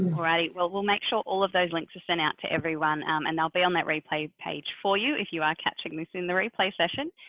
right, well, we'll make sure all of those links are sent out to everyone um and they'll be on that replay page for you if you are catching this in the replay session.